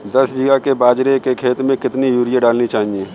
दस बीघा के बाजरे के खेत में कितनी यूरिया डालनी चाहिए?